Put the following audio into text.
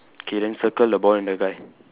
okay then circle the ball and the guy